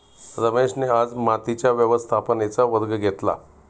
रमेशने आज मातीच्या व्यवस्थापनेचा वर्ग घेतला